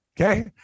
okay